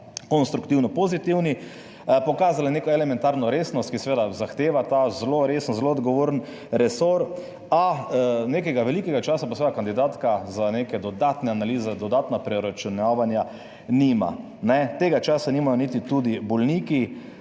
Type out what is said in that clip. konstruktivno pozitivni, pokazali neko elementarno resnost, ki seveda zahteva ta zelo resen, zelo odgovoren resor, a nekega velikega časa pa seveda kandidatka za neke dodatne analize, dodatna preračunavanja nima. Tega časa nimajo niti tudi bolniki.